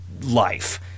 life